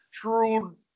true